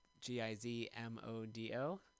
G-I-Z-M-O-D-O